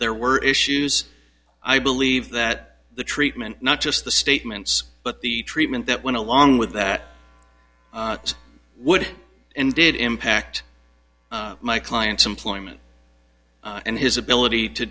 there were issues i believe that the treatment not just the statements but the treatment that went along with that would and did impact my client's employment and his ability to